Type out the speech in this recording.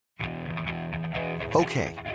Okay